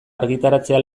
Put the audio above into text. argitaratzea